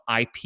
IP